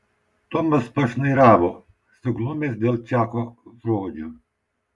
tomas pašnairavo suglumęs dėl čako žodžių